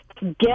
get